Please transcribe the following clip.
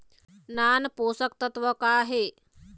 नान पोषकतत्व का हे?